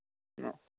অঁ